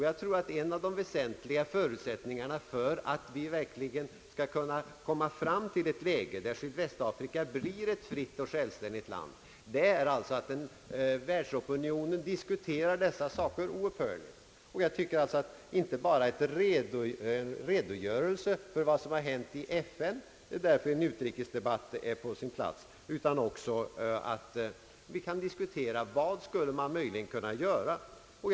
Jag tror att en av de väsentliga förutsättningarna för att vi verkligen skall kunna komma fram till ett läge, där Sydvästafrika blir ett fritt och självständigt land, är att världsopinionen oavlåtligt diskuterar dessa frågor. Jag tycker alltså att det i en utrikesdebatt inte bara är på sin plats att regeringen redogör för vad som hänt i FN, utan att vi också kan diskutera vad man möjligen skulle kunna göra.